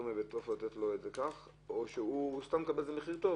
ממנו או שסתם הוא מקבל על זה מחיר טוב?